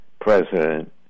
president